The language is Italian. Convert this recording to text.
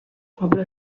pablo